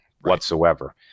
whatsoever